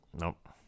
Nope